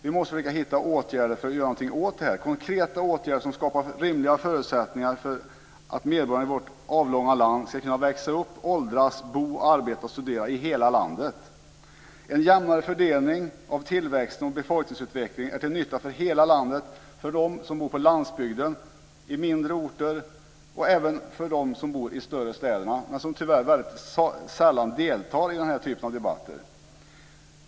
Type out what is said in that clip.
Vi måste försöka hitta åtgärder för att göra något åt det här, konkreta åtgärder som skapar rimliga förutsättningar för att medborgarna i vårt avlånga land ska kunna växa upp, åldras, bo, arbeta och studera i hela landet. En jämnare fördelning av tillväxt och befolkningsutveckling är till nytta för hela landet, för dem som bor på landsbygden och i mindre orter och även för dem som bor i de större städerna men tyvärr väldigt sällan deltar i den här typen av debatter.